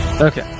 Okay